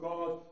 God